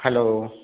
hello